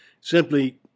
Simply